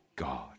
God